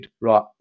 right